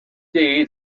day